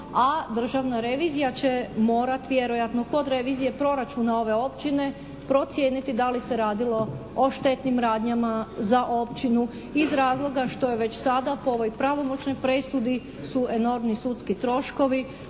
Državna revizija će morati vjerojatno kod revizije proračuna ove općine procijeniti da li se radilo o štetnim radnjama za općinu iz razloga što je već sada po ovoj pravomoćnoj presudi su enormni sudski troškovi